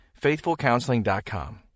FaithfulCounseling.com